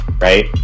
right